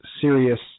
serious